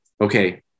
okay